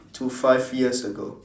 to five years ago